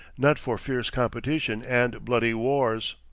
not for fierce competition and bloody wars.